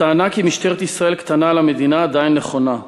הטענה כי משטרת ישראל קטנה על המדינה עדיין נכונה.